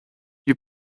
you